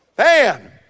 Man